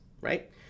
right